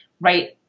right